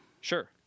Sure